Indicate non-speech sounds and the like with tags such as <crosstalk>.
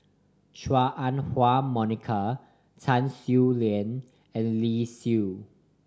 Chua Ah Huwa Monica Tan Swie <unintelligible> and Lee <unintelligible>